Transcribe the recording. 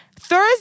Thursday